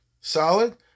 solid